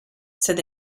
said